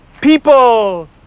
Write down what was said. people